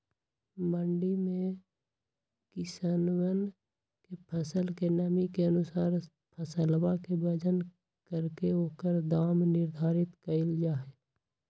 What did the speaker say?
मंडी में किसनवन के फसल के नमी के अनुसार फसलवा के वजन करके ओकर दाम निर्धारित कइल जाहई